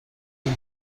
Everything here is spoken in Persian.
شون